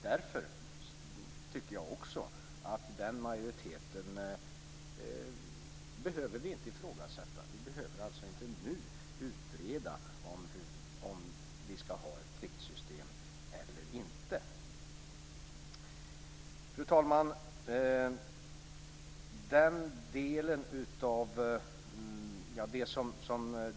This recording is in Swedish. Därför tycker jag att den majoriteten inte behöver ifrågasättas. Vi behöver alltså inte nu utreda om vi skall ha ett pliktsystem eller inte. Fru talman!